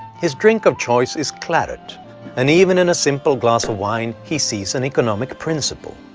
his drink of choice is claret and even in a simple glass of wine he sees an economic principle.